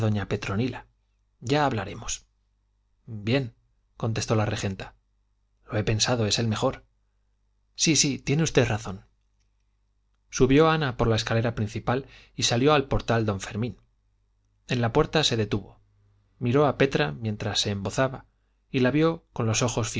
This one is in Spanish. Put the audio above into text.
doña petronila ya hablaremos bien contestó la regenta lo he pensado es el mejor sí sí tiene usted razón subió ana por la escalera principal y salió al portal don fermín en la puerta se detuvo miró a petra mientras se embozaba y la vio con los ojos